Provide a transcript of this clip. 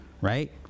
right